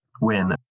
win